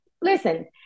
listen